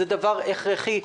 זה דבר הכרחי,